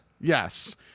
yes